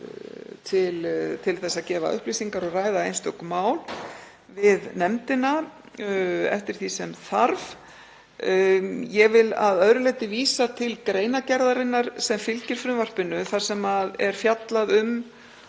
að koma og gefa upplýsingar og ræða einstök mál við nefndina eftir því sem þarf. Ég vil að öðru leyti vísa til greinargerðarinnar sem fylgir frumvarpinu þar sem fjallað er